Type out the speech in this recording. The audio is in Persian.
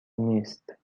نیست